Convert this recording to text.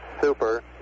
super